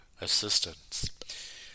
assistance